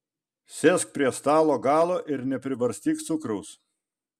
sėsk prie stalo galo ir nepribarstyk cukraus